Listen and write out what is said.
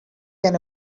can